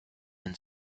and